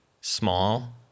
small